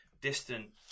distant